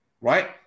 right